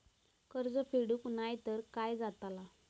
कर्ज फेडूक नाय तर काय जाताला?